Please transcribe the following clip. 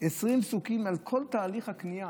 20 פסוקים על כל תהליך הקנייה.